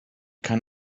kann